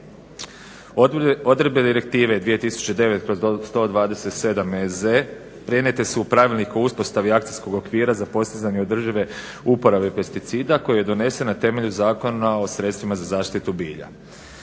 Odredbe Direktive 2009/127 EZ prenijete su u Pravilnik o uspostavi akcijskog okvira za postizanje održive uporabe pesticida koji je donesen na temelju Zakona o sredstvima za zaštitu bilja.